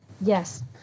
Yes